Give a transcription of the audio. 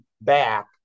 back